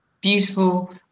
beautiful